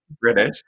British